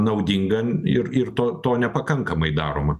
naudinga ir ir to to nepakankamai daroma